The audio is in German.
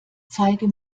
zeige